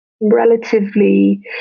relatively